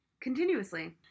Continuously